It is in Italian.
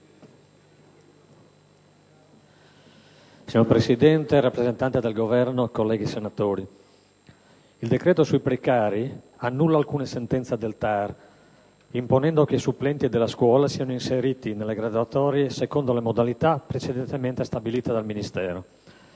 Signor Presidente, rappresentanti del Governo, colleghi senatori, il decreto sui precari annulla alcune sentenze del TAR, imponendo che i supplenti della scuola siano inseriti nelle graduatorie secondo le modalità precedentemente stabilite dal Ministero